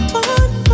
one